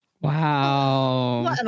Wow